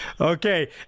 Okay